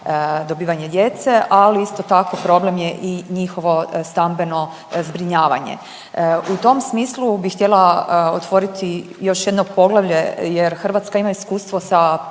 dobivanje djece. Ali isto tako problem je i njihovo stambeno zbrinjavanje. U tom smislu bi htjela otvoriti još jedno poglavlje jer Hrvatska ima iskustvo sa POS-ovim